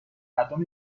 مردم